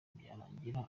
byarangira